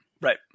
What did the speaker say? right